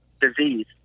disease